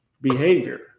behavior